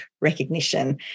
recognition